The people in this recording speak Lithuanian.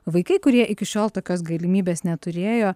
vaikai kurie iki šiol tokios galimybės neturėjo